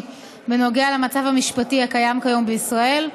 בנוגע למצב המשפטי הקיים כיום בישראל,